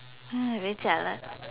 !hais! very jialat